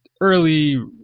early